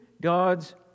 God's